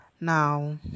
Now